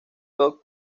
top